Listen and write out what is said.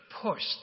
pushed